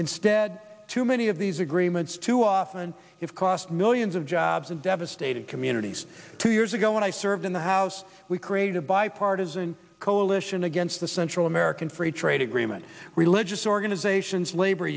instead too many of these agreements too often it cost millions of jobs and devastated communities two years ago when i served in the house we created a bipartisan coalition against the central american free trade agreement religious organizations labor